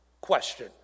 question